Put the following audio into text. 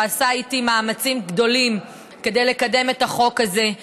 שעשה איתי מאמצים גדולים כדי לקדם את החוק הזה.